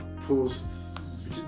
posts